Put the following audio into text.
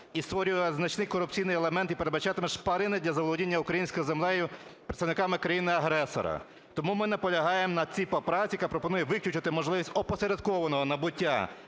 і створює значний корупційний елемент і передбачатиме шпарини для заволодіння українською землею представниками країни-агресора. Тому ми наполягаємо на цій поправці, яка пропонує виключити можливість опосередкованого набуття